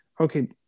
okay